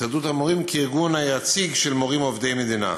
הסתדרות המורים כארגון היציג של מורים עובדי מדינה.